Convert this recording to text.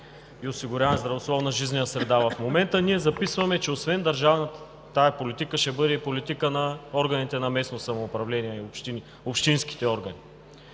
и осигуряване на здравословна жизнена среда, а в момента ние записваме, че освен държавна, тази политика ще бъде и политика на органите на местното самоуправление, общинските органи.